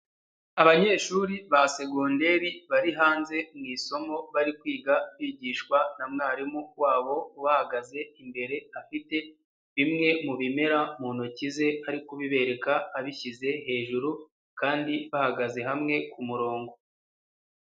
Abanyeshuri ba segonderi bari hanze mu isomo, bari kwiga bigishwa na mwarimu wabo abahagaze imbere, afite bimwe mu bimera mu ntoki ze ariko bibereka abishyize hejuru kandi bahagaze hamwe ku murongo.